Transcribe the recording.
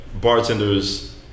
bartenders